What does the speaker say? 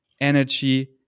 energy